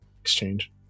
Exchange